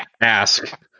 ask